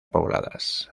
pobladas